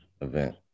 event